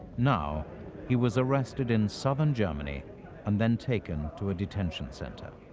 now he was arrested in southern germany and then taken to a detention center.